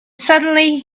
suddenly